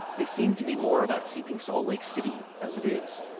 they seem to be more about keeping salt lake city as it is.